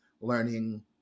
Learning